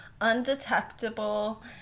undetectable